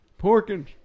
Porkins